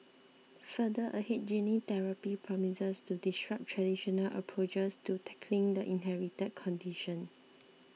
further ahead gene therapy promises to disrupt traditional approaches to tackling the inherited condition